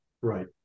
right